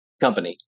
company